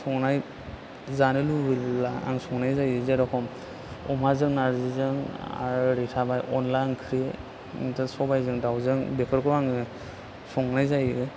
संनाय जानो लुबैयोब्ला आं संनाय जायो जेर'खम अमाजों नारजिजों आरो ओरै थाबाय अनला ओंख्रि सबायजों दावजों बेफोरखौ आङो संनाय जायो